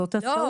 זאת ה טעות.